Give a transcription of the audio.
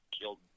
killed